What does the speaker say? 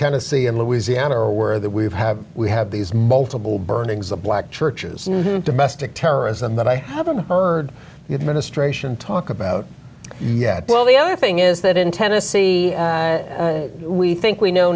tennessee and louisiana are that we've have we have these multiple burnings of black churches domestic terrorism that i haven't heard the administration talk about yet well the other thing is that in tennessee we think we know